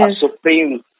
supreme